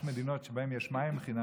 יש מדינות שבהן יש מים חינם,